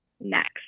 next